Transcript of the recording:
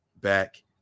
back